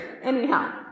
Anyhow